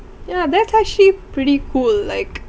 ya that's actually pretty cool like